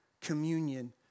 communion